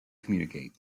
communicate